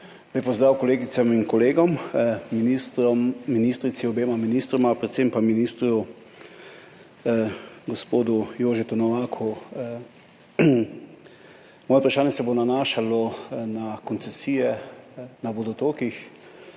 pozdrav kolegicam in kolegom, ministrici, obema ministroma, predvsem pa ministru, gospodu Jožetu Novaku! Moje vprašanje se bo nanašalo na koncesije na vodotokih.